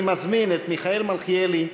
אני מזמין את מיכאל מלכיאלי,